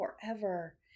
forever